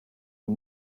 nur